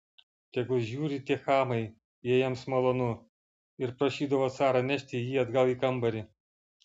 tegul žiūri tie chamai jei jiems malonu ir prašydavo carą nešti jį atgal į kambarį